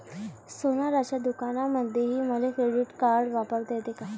सोनाराच्या दुकानामंधीही मले क्रेडिट कार्ड वापरता येते का?